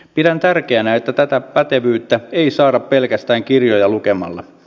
pidän tärkeänä että tätä pätevyyttä ei saada pelkästään kirjoja lukemalla